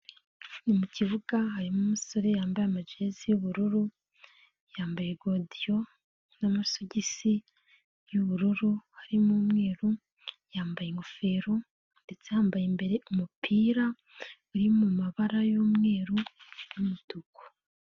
Ni mukibuga harimo umusore yambaye amajezi y'ubururu, yambaye godiyo n'amasogisi y'ubururu harimo umweru, yambaye ingofero ndetse yambaye imbere umupira uri mu mabara y'umweru n'umutuku.